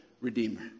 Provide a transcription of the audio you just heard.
Redeemer